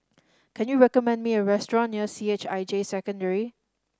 can you recommend me a restaurant near C H I J Secondary